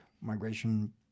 migration